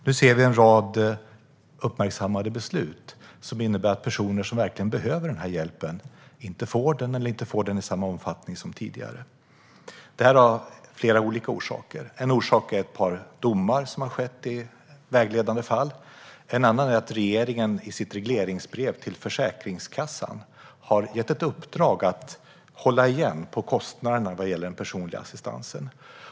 Nu ser vi en rad uppmärksammade beslut som innebär att personer som verkligen behöver den här hjälpen inte får den eller inte får den i samma omfattning som tidigare. Det har flera olika orsaker. En orsak är ett par domar i vägledande fall, och en annan är att regeringen i sitt regleringsbrev till Försäkringskassan har gett ett uppdrag att hålla igen på kostnaderna vad gäller den personliga assistansen.